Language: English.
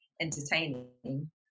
entertaining